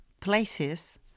places